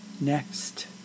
Next